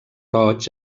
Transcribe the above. roig